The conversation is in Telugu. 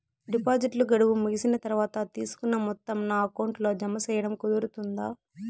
డిపాజిట్లు గడువు ముగిసిన తర్వాత, తీసుకున్న మొత్తం నా అకౌంట్ లో జామ సేయడం కుదురుతుందా?